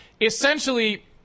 essentially